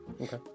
Okay